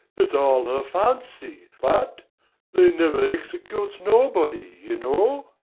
it's all her fancy, that they never executes nobody, you know.